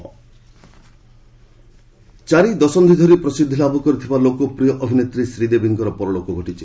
Sridevi death ଚାରିଦଶନ୍ଧି ଧରି ପ୍ରସିଦ୍ଧିଲାଭ କରିଥିବା ଲୋକପ୍ରିୟ ଅଭିନେତ୍ରୀ ଶ୍ରୀଦେବୀଙ୍କର ପରଲୋକ ଘଟିଛି